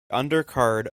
undercard